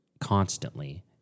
constantly